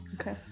Okay